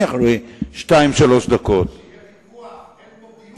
לגיטימי, אינך מדבר דברי אמת.